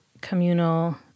communal